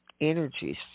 energies